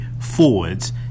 forwards